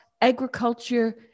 agriculture